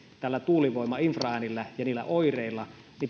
näillä tuulivoiman infraäänillä ja niillä oireilla